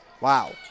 Wow